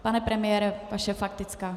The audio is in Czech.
Pane premiére, vaše faktická.